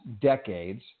decades